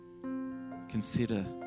Consider